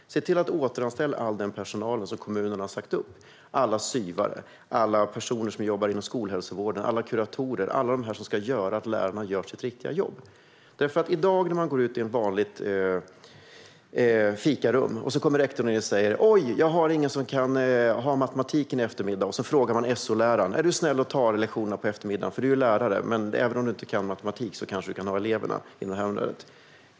Se till att återställa all den personal som kommunerna har sagt upp - alla SYV:are, alla personer som jobbar inom skolhälsovården, alla kuratorer och alla andra som ska göra så att lärarna kan göra sitt riktiga jobb. När man i dag befinner sig i ett vanligt fikarum kommer rektorn in och säger: "Oj, jag har ingen som kan ha matematiken i eftermiddag." Rektorn frågar SO-läraren: "Är du snäll och tar lektionerna på eftermiddagen? Du är ju lärare; även om du inte kan matematik kanske du kan ha eleverna inom det här området."